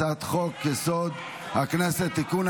הצעת חוק-יסוד: הכנסת (תיקון,